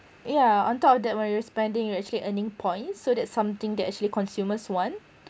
yeah on top of that when you're spending you're actually earning points so that's something that actually consumers want